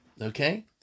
Okay